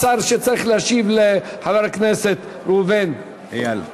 השר שצריך להשיב לחבר הכנסת ראובן, איל.